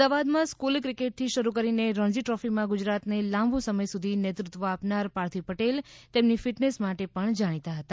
અમદાવાદમાં સ્ફૂલ ક્રિકેટથી શરૂ કરીને રણજી ટ્રોફીમાં ગુજરાતને લાંબો સમય સુધી નેતૃત્વ આપનાર પાર્થિવ પટેલ તેમની ફિટનેસ માટે પણ જાણીતા હતા